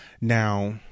Now